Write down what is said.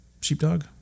Sheepdog